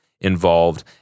involved